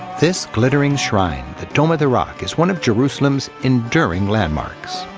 this glittering shrine, the dome of the rock, is one of jerusalem's enduring landmarks.